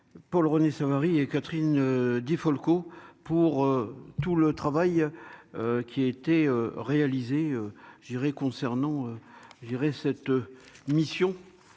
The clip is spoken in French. Paul René Savary et Catherine Di Folco pour tout le travail qui a été réalisé, je dirais concernant j'irai cette mission,